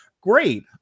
great